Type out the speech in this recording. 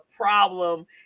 problem